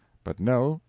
but no,